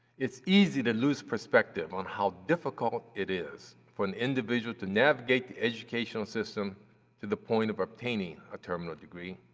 it's easy to lose perspective on how difficult it is for an individual to navigate the educational system to the point of obtaining a terminal degree.